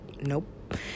Nope